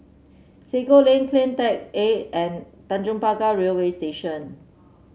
Sago Lane CleanTech A and Tanjong Pagar Railway Station